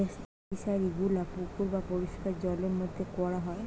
যেই ফিশারি গুলা পুকুর বা পরিষ্কার জলের মধ্যে কোরা হয়